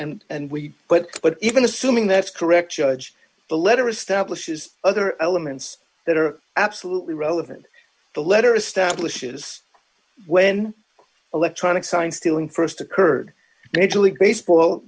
and and we but but even assuming that's correct judge the letter establishes other elements that are absolutely relevant the letter establishes when electronic sign stealing st occurred major league baseball